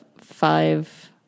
five